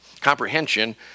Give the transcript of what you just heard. comprehension